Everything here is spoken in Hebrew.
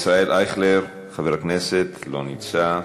ישראל אייכלר, לא נמצא,